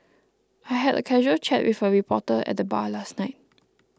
I had a casual chat with a reporter at the bar last night